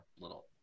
little